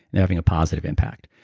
and having a positive impact.